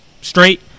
straight